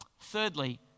Thirdly